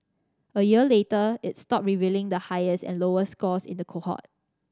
a year later it stopped revealing the highest and lowest scores in the cohort